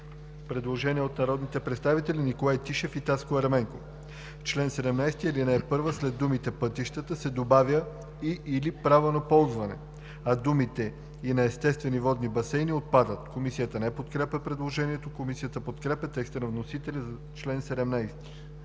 предложение от народните представители Николай Тишев и Таско Ерменков: „В чл. 17, ал. 1 след думата „пътищата“ се добавя „и/или право на ползване“, а думите „и на естествени водни басейни“ - отпадат.“ Комисията не подкрепя предложението. Комисията подкрепя текста на вносителя за чл. 17.